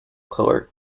colour